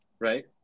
Right